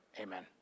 Amen